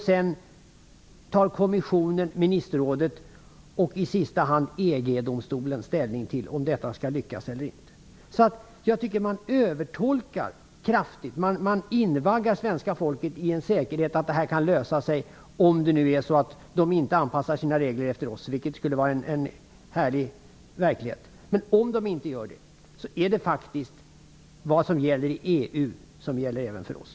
Sedan tar kommissionen, ministerrådet och i sista hand EG domstolen ställning till om detta skall lyckas eller inte. Jag tycker att det är en kraftig övertolkning. Man invaggar svenska folket i en säkerhet att detta kan lösa sig, om det nu är så att EU inte anpassar sina regler efter oss, vilket ju skulle vara en härlig verklighet. Om EU inte gör det, är det vad som gäller i EU som gäller även för oss.